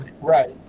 Right